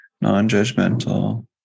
non-judgmental